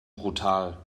brutal